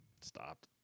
Stopped